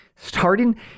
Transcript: Starting